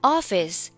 Office